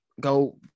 go